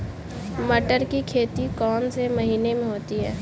मटर की खेती कौन से महीने में होती है?